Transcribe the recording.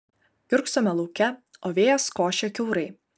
kiurksome lauke o vėjas košia kiaurai